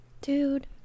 Dude